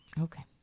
Okay